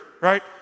right